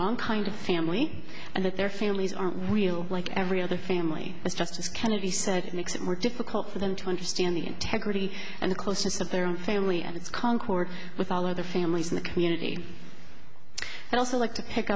wrong kind of family and that their families are real like every other family is justice kennedy said makes it more difficult for them to understand the integrity and the closeness of their own family and it's concord with all other families in the community and also like to pick